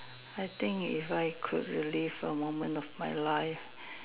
I think if I could relive a moment of my life